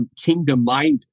kingdom-minded